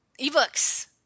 Ebooks